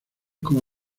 como